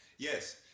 Yes